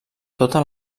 tota